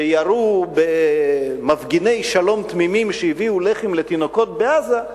שירו במפגיני שלום תמימים שהביאו לחם לתינוקות בעזה,